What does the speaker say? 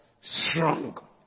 Strong